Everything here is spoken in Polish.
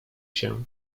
się